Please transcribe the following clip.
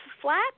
flat